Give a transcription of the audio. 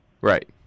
Right